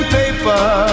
paper